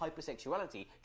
hypersexuality